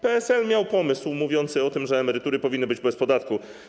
PSL miał pomysł mówiący o tym, że emerytury powinny być bez podatku.